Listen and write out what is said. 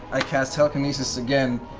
i cast telekinesis again,